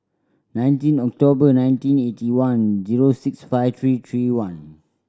nineteen October nineteen eighty one zero six five three three one